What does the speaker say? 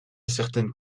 certaines